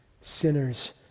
sinners